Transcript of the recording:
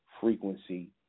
frequency